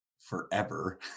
forever